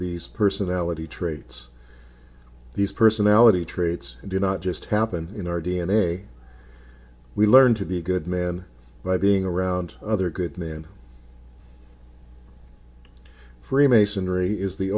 these personality traits these personality traits do not just happen in our d n a we learn to be good men by the ng around other good men freemasonry is the